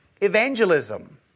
evangelism